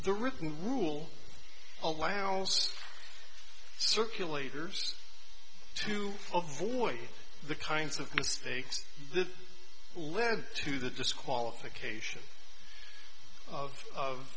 the written rule allows circulators to avoid the kinds of mistakes that led to the disqualification of of